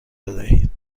بدهید